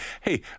hey